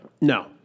No